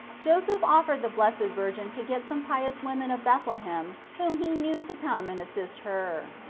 joseph offered the blessed virgin to get some pious women of bethlehem whom he knew to come and assist her.